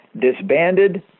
disbanded